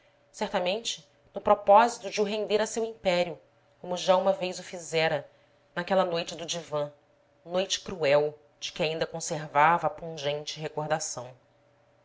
certamente no propósito de o render a seu império como já uma vez o fizera naquela noite do divã noite cruel de que ainda conservava a pungente recordação